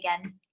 again